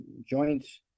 joints